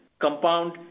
compound